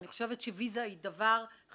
אני חושבת שוויזה היא דבר חשוב,